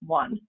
one